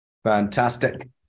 Fantastic